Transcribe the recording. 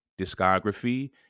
discography